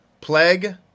plague